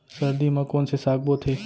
सर्दी मा कोन से साग बोथे?